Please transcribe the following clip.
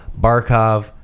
Barkov